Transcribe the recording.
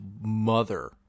mother